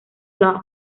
love